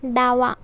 डावा